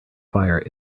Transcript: fire